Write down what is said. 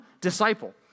disciple